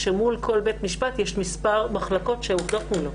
כשמול כל בית משפט יש מספר מחלקות שעובדות מולו,